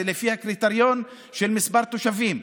זה לפי הקריטריון של מספר תושבים,